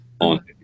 on